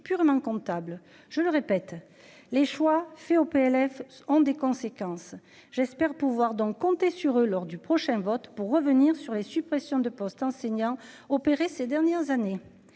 purement comptable, je le répète, les choix faits au PLF ont des conséquences. J'espère pouvoir donc compter sur eux lors du prochain vote pour revenir sur les suppressions de postes enseignants opéré ces dernières années